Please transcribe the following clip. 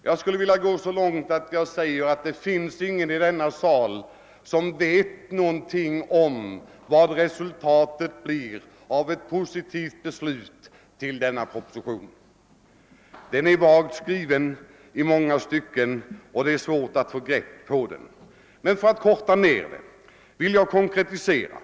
Jag skulle vilja gå så långt att jag säger att det inte finns någon i denna sal som vet något om vad resultatet blir av ett positivt ställningstagande till denna proposition. Den är i många stycken vagt skriven, och det är svårt att få grepp om den. Men för att korta ned mitt anförande vill jag konkretisera mig.